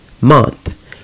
month